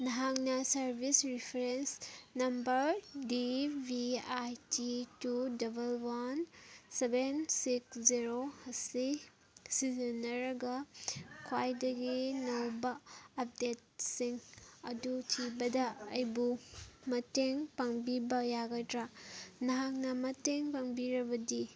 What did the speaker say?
ꯅꯍꯥꯛꯅ service reference number D B I G two double one seven six zero ꯑꯁꯤ ꯁꯤꯖꯤꯟꯅꯔꯒ ꯈ꯭ꯋꯥꯏꯗꯒꯤ ꯅꯧꯕ ꯑꯞꯗꯦꯗꯁꯤꯡ ꯑꯗꯨ ꯊꯤꯕꯗ ꯑꯩꯕꯨ ꯃꯇꯦꯡ ꯄꯥꯡꯕꯤꯕ ꯌꯥꯒꯗ꯭ꯔꯥ ꯅꯍꯥꯛꯅ ꯃꯇꯦꯡ ꯄꯥꯡꯕꯤꯔꯕꯗꯤ